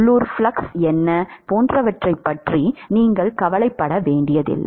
உள்ளூர் ஃப்ளக்ஸ் என்ன போன்றவற்றைப் பற்றி நீங்கள் கவலைப்பட வேண்டியதில்லை